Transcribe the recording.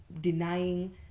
denying